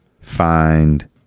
find